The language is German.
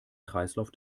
kreislauf